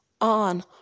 on